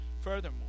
furthermore